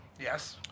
Yes